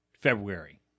february